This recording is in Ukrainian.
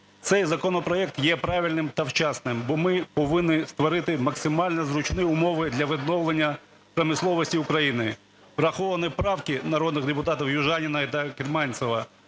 Цей законопроект є правильним та вчасним, бо ми повинні створити максимально зручні умови для відновлення промисловості України. Враховані правки народних депутатів Южаніної та Гетманцева